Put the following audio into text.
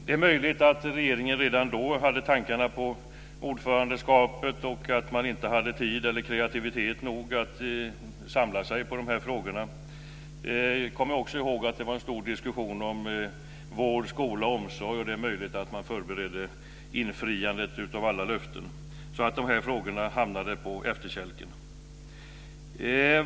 Det är möjligt att regeringen redan då hade tankarna på ordförandeskapet och att man inte hade tid eller kreativitet nog att samla sig i frågorna. Jag kommer också ihåg att det var en stor diskussion om vård, skola och omsorg. Det är möjligt att man förberedde infriandet av alla löften. Dessa frågor hamnade på efterkälken.